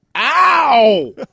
Ow